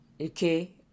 Okay